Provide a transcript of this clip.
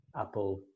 apple